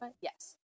Yes